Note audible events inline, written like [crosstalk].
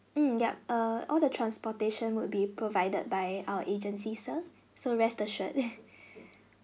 mm yup err all the transportation would be provided by our agency sir so rest assured [laughs]